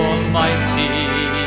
Almighty